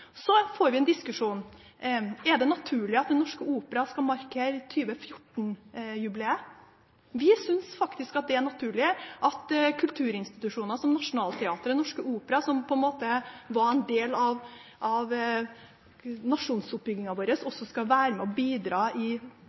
Så får en diskusjoner, bl.a. om det er naturlig at Den Norske Opera skal markere 2014-jubileet. Vi syns faktisk det er naturlig at kulturinstitusjoner som Nationaltheatret og Den Norske Opera, som på en måte var en del av nasjonsoppbyggingen vår, også skal være med og bidra